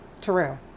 Terrell